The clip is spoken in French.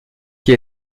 qui